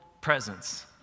presence